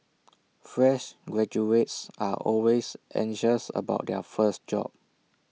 fresh graduates are always anxious about their first job